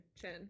chin